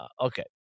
okay